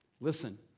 Listen